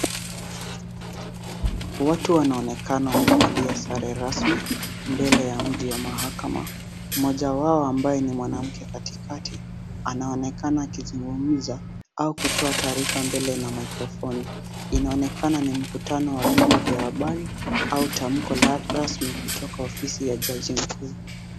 Watu wanaonekana wamevalia sare rasmi mbele ya mji wa mahakama. Mmoja wao ambaye ni mwanamke katikati anaonekana akizungumza au kutoa taarifa mbele maikrofoni . Inaonekana ni mkutano wa vyombo vya habari au tamko rasmi kutoka ofisi ya jaji mkuu.